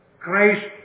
Christ